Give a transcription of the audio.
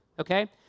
okay